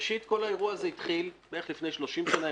כל האירוע הזה התחיל בערך לפני 30 שנה,